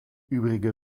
übrige